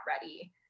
ready